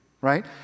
Right